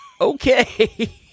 okay